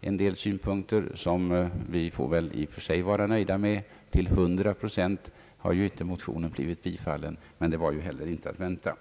en del synpunkter till känna, som vi väl i och för sig får vara nöjda med. Till hundra procent har inte motionen blivit tillstyrkt, men det var ju inte heller att vänta.